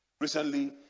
recently